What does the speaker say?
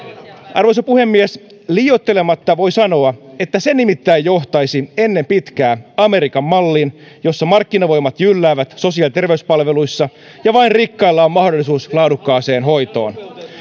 arvoisa puhemies liioittelematta voi sanoa että se nimittäin johtaisi ennen pitkää amerikan malliin jossa markkinavoimat jylläävät sosiaali ja terveyspalveluissa ja vain rikkailla on mahdollisuus laadukkaaseen hoitoon